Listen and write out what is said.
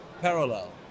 parallel